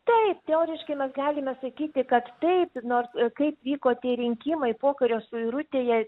taip teoriškai mes galime sakyti kad taip nors kaip vyko tie rinkimai pokario suirutėje